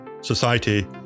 society